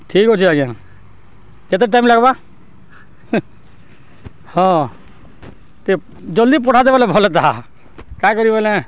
ଠିକ୍ ଅଛେ ଆଜ୍ଞା କେତେ ଟାଇମ୍ ଲାଗ୍ବା ହଁ ଟିକେ ଜଲ୍ଦି ପଠାତେ ବଲେ ଭଲ୍ ହେତା କାଁ କରି ବଲେ